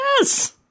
Yes